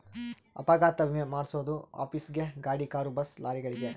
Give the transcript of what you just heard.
ಅಪಘಾತ ವಿಮೆ ಮಾದ್ಸೊದು ಆಫೀಸ್ ಗೇ ಗಾಡಿ ಕಾರು ಬಸ್ ಲಾರಿಗಳಿಗೆ